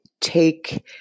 take